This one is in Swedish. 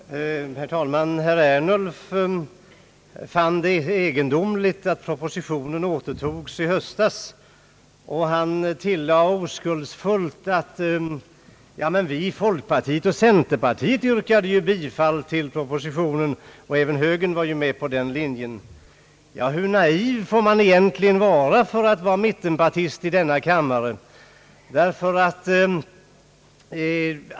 Herr talman! Herr Ernulf fann det egendomligt att propositionen återtogs i höstas. Han tillade oskuldsfullt att »vi i folkpartiet och centerpartiet yrkade ju bifall till propositionen och även högern var med på den linjen». Hur naiv får man egentligen vara när man är mittenpartist i denna kammare?